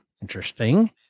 interesting